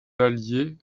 alliés